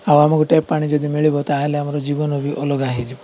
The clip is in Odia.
ଆଉ ଆମକୁ ଟ୍ୟାପ ପାଣି ଯଦି ମିଳିବ ତାହେଲେ ଆମର ଜୀବନ ବି ଅଲଗା ହେଇଯିବ